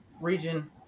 region